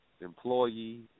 employee